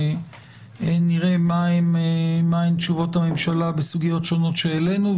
ונראה מהן תשובות הממשלה בסוגיות שונות שהעלינו,